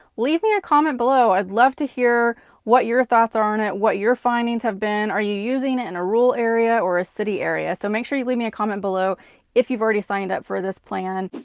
leave me a comment below. i'd love to hear what your thoughts are on it, what your findings have been. are you using it and a rural area, or a city area? so, make sure you leave me a comment below if you've already signed up for this plan.